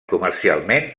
comercialment